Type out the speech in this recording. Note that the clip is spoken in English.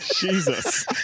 Jesus